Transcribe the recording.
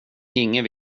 inget